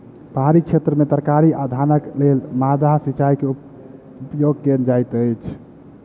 पहाड़ी क्षेत्र में तरकारी आ धानक लेल माद्दा सिचाई के उपयोग कयल जाइत अछि